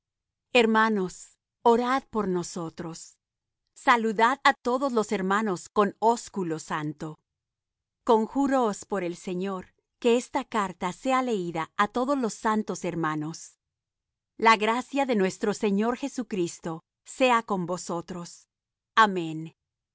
hermanos orad por nosotros saludad á todos los hermanos en ósculo santo conjúroos por el señor que esta carta sea leída á todos los santos hermanos la gracia de nuestro señor jesucristo sea con vosotros amén